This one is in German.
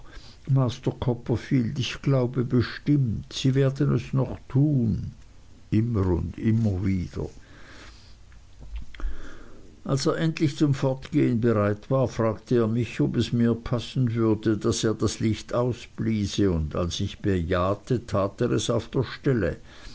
master copperfield ich glaube bestimmt sie werden es noch tun immer und immer wieder als er endlich zum fortgehen bereit war fragte er mich ob es mir passen würde daß er das licht ausbliese und als ich bejahte tat er es auf der stelle